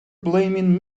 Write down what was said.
blaming